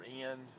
end